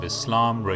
Islam